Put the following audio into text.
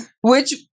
Which-